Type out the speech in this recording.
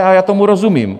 A já tomu rozumím.